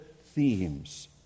themes